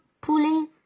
pulling